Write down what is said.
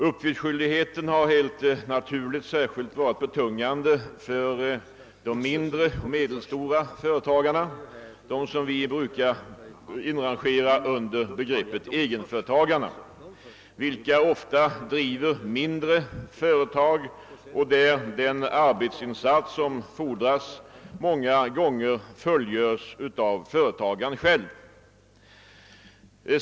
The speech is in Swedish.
Uppgiftsskyldigheten är helt naturligt särskilt betungande för de mindre och medelstora företagarna, de som vi brukar inrangera under begreppet egenföretagarna, vilka ofta driver mindre företag och där den arbetsinsats som fordras många gånger fullgöres av företagaren själv.